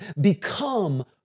become